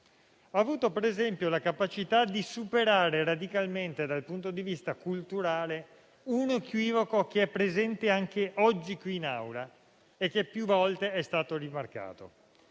Ha avuto - per esempio - la capacità di superare radicalmente dal punto di vista culturale un equivoco che è presente anche oggi qui in Aula e che più volte è stato rimarcato: